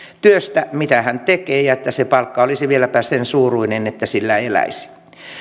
työstä mitä hän tekee ja että se palkka olisi vieläpä sen suuruinen että sillä eläisi